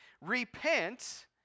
Repent